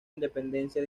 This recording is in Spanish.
independencia